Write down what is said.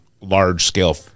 large-scale